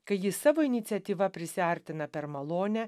kai jis savo iniciatyva prisiartina per malonę